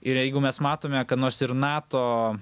ir jeigu mes matome kad nors ir nato